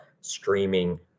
streaming